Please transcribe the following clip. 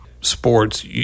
sports